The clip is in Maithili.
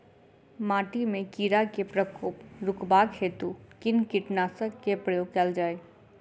माटि मे कीड़ा केँ प्रकोप रुकबाक हेतु कुन कीटनासक केँ प्रयोग कैल जाय?